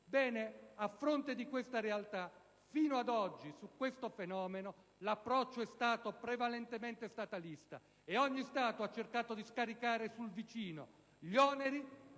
e, a fronte di questa realtà, fino ad oggi su questo fenomeno l'approccio è stato prevalentemente statalista. Ogni Stato ha cercato di scaricare sul vicino gli oneri di questo